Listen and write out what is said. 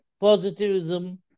positivism